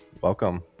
welcome